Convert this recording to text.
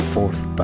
Fourth